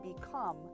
become